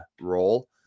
role